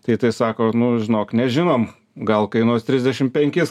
tai tai sako nu žinok nežinom gal kainuos trisdešim penkis